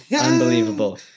Unbelievable